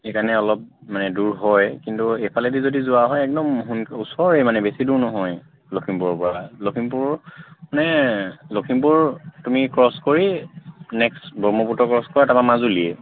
সেইকাৰণে অলপ মানে দূৰ হয় কিন্তু এইফালে দি যদি যোৱা হয় একদম ওচৰেই মানে বেছি দূৰ নহয় লখিমপুৰৰপৰা লখিমপুৰ মানে লখিমপুৰ তুমি ক্ৰছ কৰি নেক্সট ব্ৰহ্মপুৰত ক্ৰছ কৰা তাৰপৰা মাজুলীয়েে